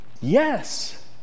Yes